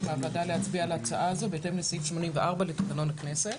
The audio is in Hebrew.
מהוועדה להצביע על ההצעה הזו בהתאם לסעיף 84 לתקנון הכנסת.